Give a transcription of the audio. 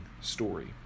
story